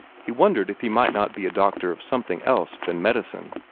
he wondered if he might not be a doctor of something else than medicine,